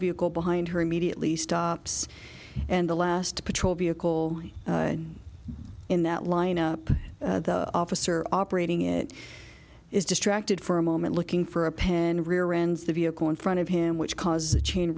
vehicle behind her immediately stops and the last patrol vehicle in that line up the officer operating it is distracted for a moment looking for a pen rear ends the vehicle in front of him which causes a chain